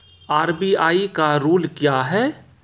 RBI का rule क्या हैं?